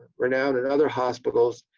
renown and other hospitals,